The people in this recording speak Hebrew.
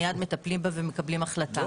מייד מטפלים בה ומקבלים החלטה.